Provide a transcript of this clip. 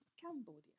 Cambodia